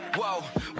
whoa